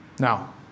Now